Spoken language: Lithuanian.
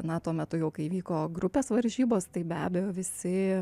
na tuo metu jau kai vyko grupės varžybos tai be abejo visi